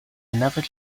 another